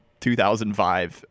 2005